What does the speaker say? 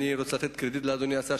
אני רוצה לתת קרדיט לאדוני השר,